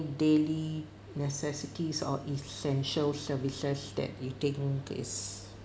daily necessities or essential services that you think is